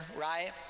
right